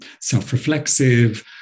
self-reflexive